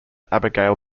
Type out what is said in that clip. abigail